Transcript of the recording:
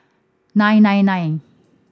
nine nine nine